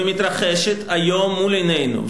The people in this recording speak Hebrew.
התרחשה ומתרחשת היום מול עינינו.